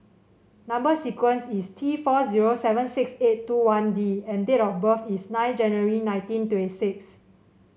number sequence is T four zero seven six eight two one D and date of birth is nine January nineteen twenty six